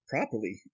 Properly